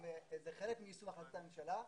זה חלק מיישום החלטת הממשלה,